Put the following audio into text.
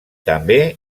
també